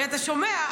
אתה שומע,